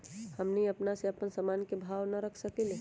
हमनी अपना से अपना सामन के भाव न रख सकींले?